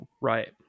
Right